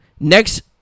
Next